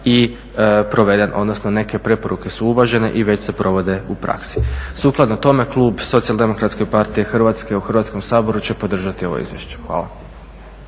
i proveden, odnosno neke preporuke su uvažene i već se provode u praksi. Sukladno tome klub Socijaldemokratske partije Hrvatske u Hrvatskom saboru će podržati ovo izvješće. Hvala.